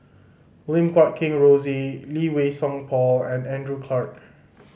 Lim Guat Kheng Rosie Lee Wei Song Paul and Andrew Clarke